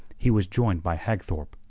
he was joined by hagthorpe,